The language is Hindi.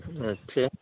अच्छा